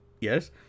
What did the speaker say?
Yes